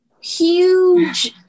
huge